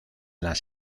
las